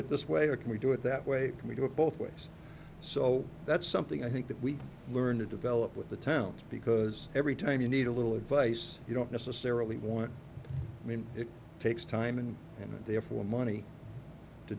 it this way or can we do it that way and we do it both ways so that's something i think that we learn to develop with the towns because every time you need a little advice you don't necessarily want i mean it takes time and therefore money to